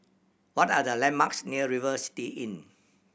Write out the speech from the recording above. what are the landmarks near River City Inn